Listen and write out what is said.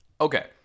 Okay